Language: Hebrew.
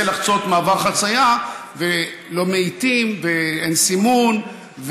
לחצות מעבר חצייה ולא מאיטים ואין סימון,